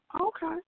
Okay